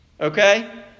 Okay